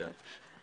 כן.